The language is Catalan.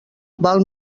val